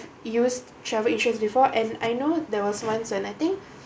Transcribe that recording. used travel insurance before and I know there was once when I think